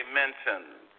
mentioned